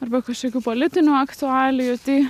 arba kažkokių politinių aktualijų tai